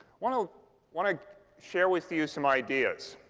want ah want to share with you some ideas,